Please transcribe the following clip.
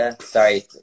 sorry